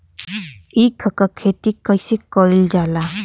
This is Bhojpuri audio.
ईख क खेती कइसे कइल जाला?